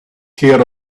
care